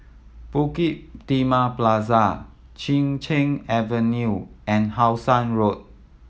Bukit Timah Plaza Chin Cheng Avenue and How Sun Road